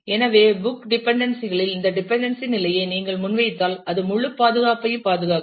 எனவே புத்தக டிபன்டென்சீ களில் இந்த டிபன்டென்சீ நிலையை நீங்கள் முன்வைத்தால் அது முழு பாதுகாப்பையும் பாதுகாக்கும்